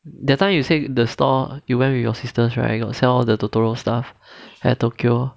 that time you say the store you went with your sisters right you got sell all the totoro stuff at tokyo